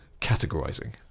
categorizing